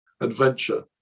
adventure